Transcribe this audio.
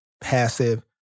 passive